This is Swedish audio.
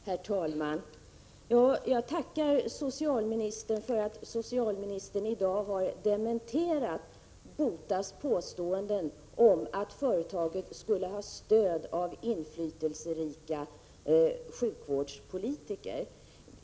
Herr talman! Jag tackar socialministern för att socialministern i dag har dementerat BOTA:s påståenden om att företaget skulle ha stöd av inflytelserika sjukvårdspolitiker.